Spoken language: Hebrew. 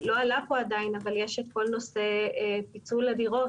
לא עלה פה עדיין אבל יש את כל נושא פיצול הדירות,